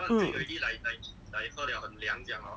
mm